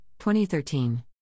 2013